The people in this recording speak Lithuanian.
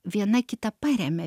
viena kitą paremia